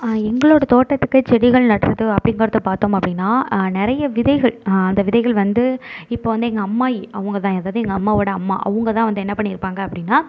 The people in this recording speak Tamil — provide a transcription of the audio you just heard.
எங்களோட தோட்டத்துக்கு செடிகள் நடுவது அப்படிங்கிறது பார்த்தோம் அப்படின்னா நிறைய விதைகள் அந்த விதைகள் வந்து இப்போது வந்து எங்கள் அம்மாயி அவங்க தான் அதாவது எங்கள் அம்மாவோட அம்மா அவங்க தான் வந்து என்ன பண்ணியிருப்பாங்க அப்படின்னா